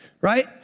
right